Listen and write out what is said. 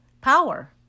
power